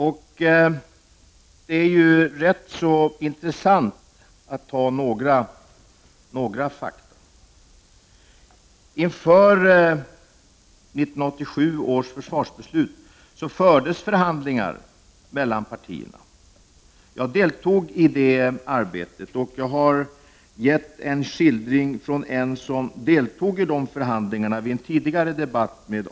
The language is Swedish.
Det är rätt intressant att ta fram några fakta. Inför 1987 års försvarsbeslut fördes förhandlingar mellan partierna. Jag deltog i detta arbete, och jag har tidigare under en debatt med Arne Andersson anfört en skildring från en som deltog i dessa förhandlingar.